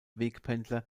wegpendler